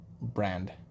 brand